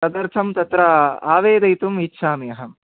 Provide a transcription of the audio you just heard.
तदर्थं तत्र आवेदयितुम् इच्छामि अहं